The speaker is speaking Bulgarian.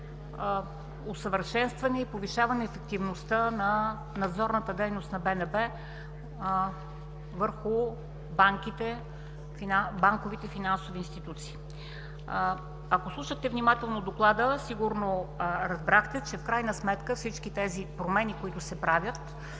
усъвършенстване и повишаване ефективността на надзорната дейност на БНБ върху банковите финансови институции. Ако слушахте внимателно Доклада, сигурно разбрахте, че в крайна сметка всички промени, които се правят,